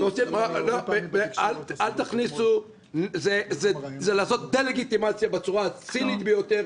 זה לעשות דה-לגיטימציה בצורה הצינית ביותר.